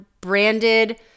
branded